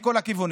מכל הכיוונים,